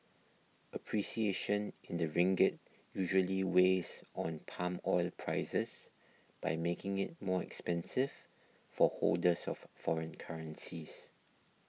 appreciation in the ringgit usually weighs on palm oil prices by making it more expensive for holders of foreign currencies